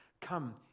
Come